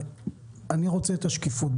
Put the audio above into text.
אני רוצה שקיפות.